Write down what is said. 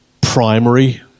primary